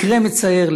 מקרה מצער.